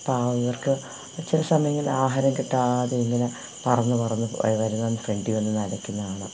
പാവം ഇവര്ക്ക് ചില സമയങ്ങളിലാഹാരം കിട്ടാതെയിങ്ങനെ പറന്ന് പറന്ന് വരുന്നവരുടെടെ ഫ്രണ്ടില് വന്നു നിന്നലയ്ക്കുന്നതു കാണാം